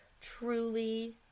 truly